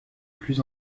plus